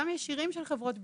גם ישירים של חברות הביטוח.